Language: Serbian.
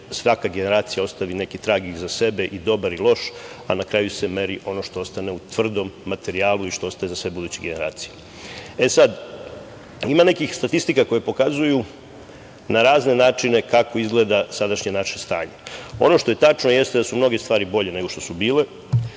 svaka generacija ostavi neki trag iza sebe, i dobar i loš, a na kraju se meri ono što ostane u tvrdom materijalu i što ostaje za sve buduće generacije. Ima nekih statistika koje pokazuju na razne načine kako izgleda sadašnje naše stanje. Ono što je tačno jeste da su mnoge stvari bolje nego što su bile